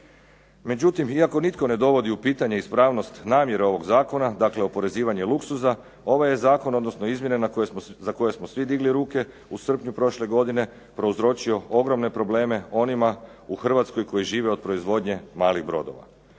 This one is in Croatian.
Međutim, iako nitko ne dovodi u pitanje ispravnost namjere ovog zakona, dakle oporezivanje luksuza ovaj je zakon odnosno izmjene za koje smo svi digli ruke u srpnju prošle godine prouzročio ogromne probleme onima u Hrvatskoj koji žive od proizvodnje malih brodova.